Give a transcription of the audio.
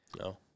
No